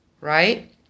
right